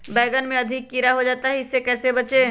बैंगन में अधिक कीड़ा हो जाता हैं इससे कैसे बचे?